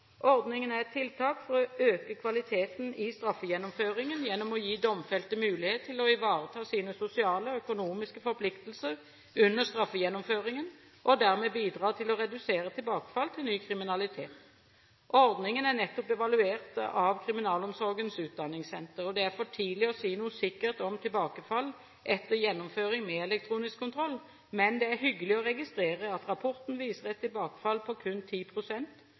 Ordningen er et tiltak for å øke kvaliteten i straffegjennomføringen, gjennom å gi domfelte mulighet til å ivareta sine sosiale og økonomiske forpliktelser under straffegjennomføringen og dermed bidra til å redusere tilbakefall til ny kriminalitet. Ordningen er nettopp evaluert av Kriminalomsorgens utdanningssenter. Det er for tidlig å si noe sikkert om tilbakefall etter gjennomføring med elektronisk kontroll, men det er hyggelig å registrere at rapporten viser et tilbakefall på kun